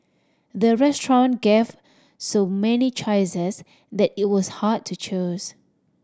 the restaurant gave so many choices that it was hard to choose